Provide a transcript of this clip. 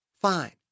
Fine